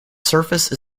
surface